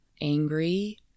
angry